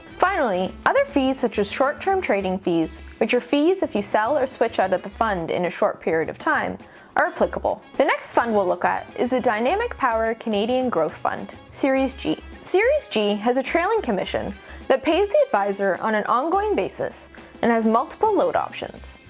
finally, other fees such as short-term trading fees, which are fees if you sell or switch out of the fund in a short period of time are applicable. the next fund we'll look at is the dynamic power canadian growth fund, series g. series g has a trailing commission that pays the advisor on an ongoing basis and has multiple load options.